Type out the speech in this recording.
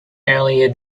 earlier